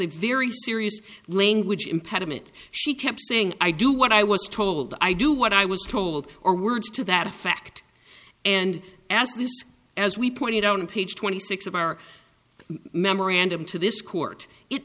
a very serious language impediment she kept saying i do what i was told i do what i was told or words to that effect and as this as we pointed out on page twenty six of our memorandum to this court it